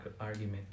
argument